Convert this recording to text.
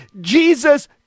Jesus